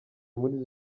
muri